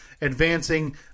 advancing